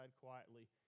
quietly